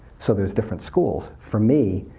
so there's different schools. for me,